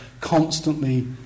constantly